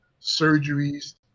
surgeries